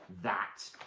that.